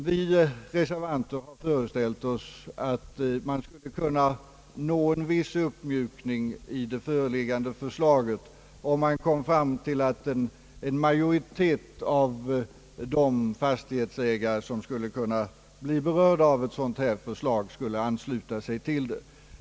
Vi reservanter har föreställt oss att man skulle kunna nå en viss uppmjukning i det föreliggande förslaget, om man kom fram till att en majoritet av de fastighetsägare, som skulle kunna bli berörda av ett sådant här förslag, skulle ansluta sig till förslaget.